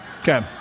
Okay